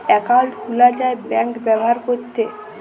account খুলা যায় bank ব্যাভার ক্যরতে